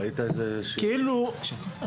ראית איזה שיתוף פעולה?